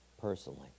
personally